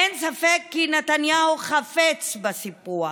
אין ספק כי נתניהו חפץ בסיפוח,